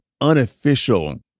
unofficial